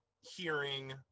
hearing